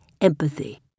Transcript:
empathy